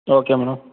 okay madam